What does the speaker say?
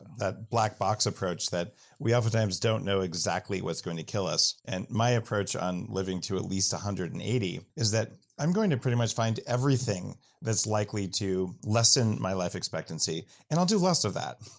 that black box approach that we often times don't know exactly what's going to kill us, and my approach on living to at least one hundred and eighty is that i'm going to pretty much find everything that's likely to lessen my life expectancy and i'll do less of that.